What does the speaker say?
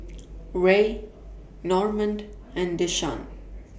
Ray Normand and Deshaun